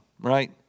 right